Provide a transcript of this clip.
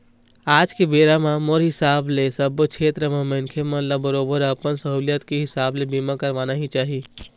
आज के बेरा म मोर हिसाब ले सब्बो छेत्र म मनखे मन ल बरोबर अपन सहूलियत के हिसाब ले बीमा करवाना ही चाही